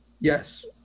Yes